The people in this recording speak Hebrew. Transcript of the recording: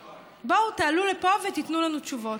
בואו, תעלו לפה ותיתנו לנו תשובות.